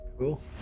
Cool